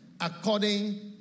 according